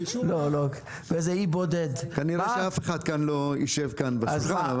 כנראה שאף אחד כאן לא יישב כאן בשולחן,